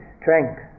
strength